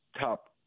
top